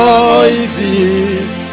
Noises